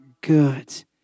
good